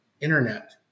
internet